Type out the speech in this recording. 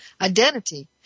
identity